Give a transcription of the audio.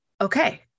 Okay